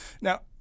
Now